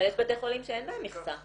אבל יש בתי חולים שאין בהם מכסה.